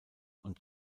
und